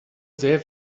sehr